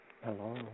Hello